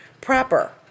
proper